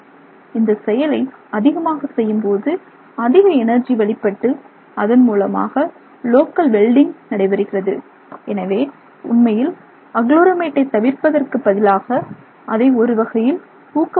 இந்த செயலை அதிகமாக செய்யும்போது அதிக எனர்ஜி வெளிப்பட்டு அதன் மூலமாக லோக்கல் வெல்டிங் நடைபெறுகிறது எனவே உண்மையில் அஃகுளோரோமைட்டை தவிர்ப்பதற்கு பதிலாக அதை ஒரு வகையில் ஊக்கப்படுத்துகிறோம்